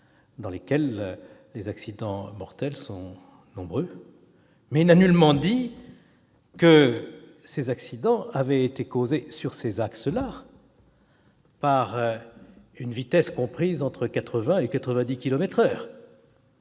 sur lesquels les accidents mortels sont nombreux, mais il n'a nullement dit que ces accidents avaient été causés par une vitesse comprise entre 80 et 90 kilomètres